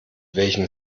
welchem